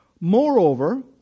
Moreover